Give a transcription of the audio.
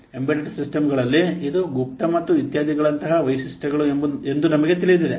embedded ಸಿಸ್ಟಂಗಳಲ್ಲಿ ಇದು ಗುಪ್ತ ಮತ್ತು ಇತ್ಯಾದಿಗಳಂತಹ ವೈಶಿಷ್ಟ್ಯಗಳು ಎಂದು ನಿಮಗೆ ತಿಳಿದಿದೆ